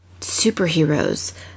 superheroes